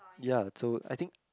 ya so I think